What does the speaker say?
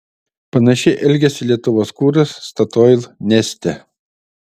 panašiai elgėsi lietuvos kuras statoil neste